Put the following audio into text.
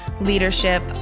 Leadership